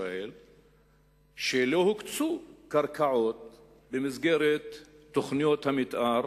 לא הוקצו קרקעות במסגרת תוכניות המיתאר